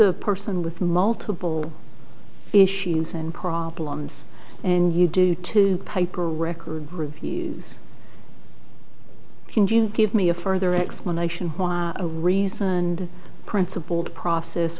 a person with multiple issues and problems and you do two paper record reviews can you give me a further explanation why a reasoned principled process